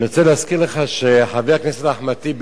אני רוצה להזכיר לך שחבר הכנסת אחמד טיבי